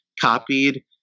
copied